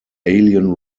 alien